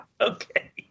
Okay